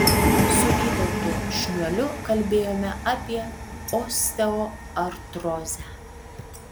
su vytautu šniuoliu kalbėjome apie osteoartrozę